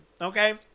Okay